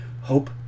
hope